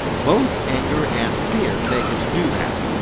both anger and fear make it do that.